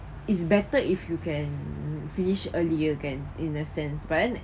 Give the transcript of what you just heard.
it's better if you can finish earlier kan in a sense but then